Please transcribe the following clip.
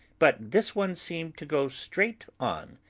but this one seemed to go straight on,